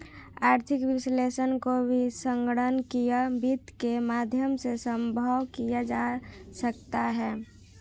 आर्थिक विश्लेषण को भी संगणकीय वित्त के माध्यम से सम्भव किया जा सकता है